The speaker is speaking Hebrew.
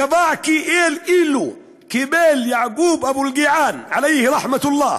קבע כי אילו קיבל יעקוב אבו אלקיעאן, רחמתו אללה,